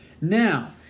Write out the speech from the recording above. Now